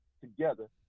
together